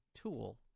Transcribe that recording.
tool